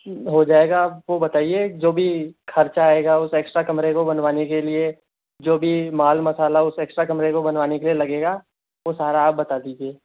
क्यों हो जाएगा आप वो बताइए जो भी खर्चा आएगा उस ऐक्स्ट्रा कमरे को बनवाने के लिए जो भी माल मसाला उस ऐक्स्ट्रा कमरे को बनवाने के लिए लगेगा वो सारा आप बता दीजिए